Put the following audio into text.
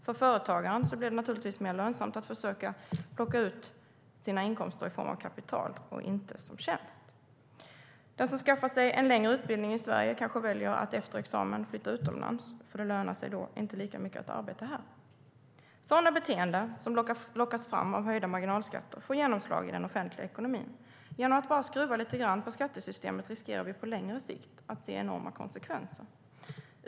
För företagaren blir det naturligtvis mer lönsamt att försöka plocka ut sina inkomster i form av kapital och inte som tjänst. Sådana beteenden, som lockas fram av höjda marginalskatter, får genomslag i den offentliga ekonomin. Genom att skruva bara lite grann på skattesystemet riskerar vi på längre sikt att se enorma konsekvenser.